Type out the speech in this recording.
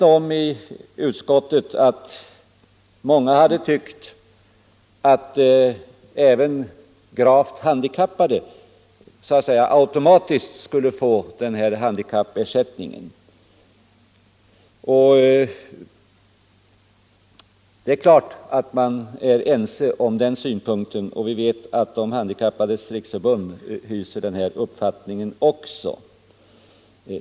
Vi är inom utskottet medvetna om att många tycker att gravt handikappade så att säga automatiskt skulle få den här handikappersättningen. Det är klart att man instämmer i den synpunkten, och vi vet att också de handikappades riksförbund hyser den uppfattningen.